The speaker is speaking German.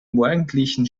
morgendlichen